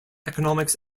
economics